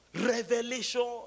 Revelation